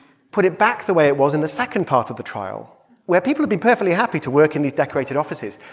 put it back the way it was in the second part of the trial where people had been perfectly happy to work in these decorated offices.